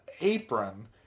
apron